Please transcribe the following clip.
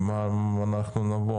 עם מה אנחנו נבוא?